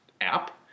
app